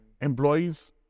Employees